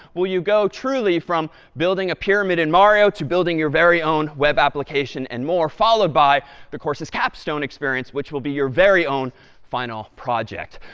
will you go, truly, from building a pyramid in mario to building your very own web application and more, followed by the course's capstone experience, which will be your very own final project.